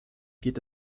geht